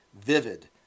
Vivid